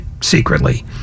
secretly